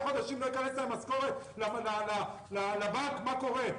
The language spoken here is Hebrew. חודשים לא ייכנס להם משכורת לבנק מה קורה אתם.